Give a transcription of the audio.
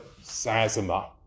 Sazima